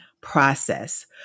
process